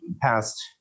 past